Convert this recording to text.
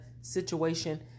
situation